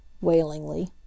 wailingly